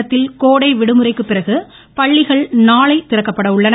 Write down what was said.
தமிழகத்தில் கோடை விடுமுறைக்குப்பிறகு பள்ளிகள் நாளை திறக்கப்பட உள்ளன